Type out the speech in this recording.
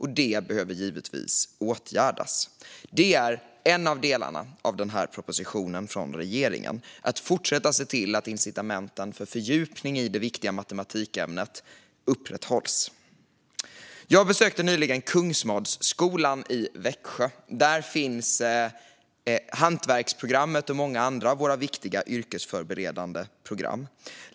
Detta behöver givetvis åtgärdas. Att se till att incitamenten för fördjupning i det viktiga matematikämnet upprätthålls är en av delarna i denna proposition från regeringen. Jag besökte nyligen Kungsmadskolan i Växjö. Där finns hantverksprogrammet och många andra av våra viktiga yrkesförberedande program.